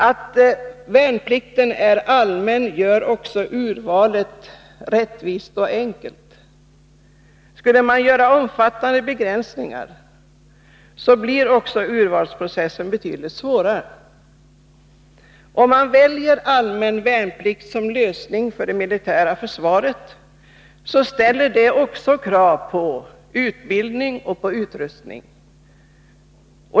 Att värnplikten är allmän gör också urvalet rättvist och enkelt. Skulle man göra omfattande begränsningar, blir också urvalsprocessen betydligt svårare. Om man väljer allmän värnplikt som lösning för det militära försvaret, ställer det också krav på utbildning och utrustning.